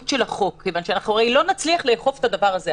של החוק כיוון שאנחנו הרי לא נצליח לאכוף את הדבר הזה.